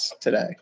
today